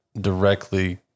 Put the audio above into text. directly